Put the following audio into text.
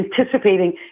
anticipating